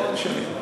שלי,